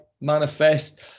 manifest